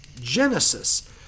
Genesis